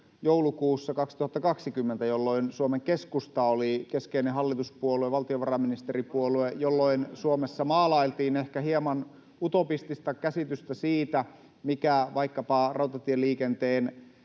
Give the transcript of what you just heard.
joulukuussa 2020, jolloin Suomen Keskusta oli keskeinen hallituspuolue, valtiovarainministeripuolue, [Sheikki Laakso: Juuri näin!] jolloin Suomessa maalailtiin ehkä hieman utopistista käsitystä siitä, mikä vaikkapa rautatieliikenteen